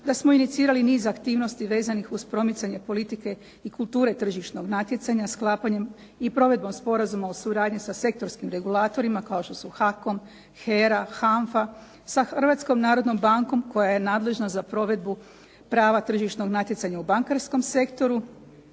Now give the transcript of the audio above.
da smo inicirali niz aktivnosti vezanih uz promicanje politike i kulture tržišnog natjecanja sklapanjem i provedbom Sporazuma o suradnji sa sektorskim regulatorima kao što su HAK-om, HERA, HANFA, sa Hrvatskom narodnom bankom koja je nadležna za provedbu prava tržišnog natjecanja u bankarskom sektoru.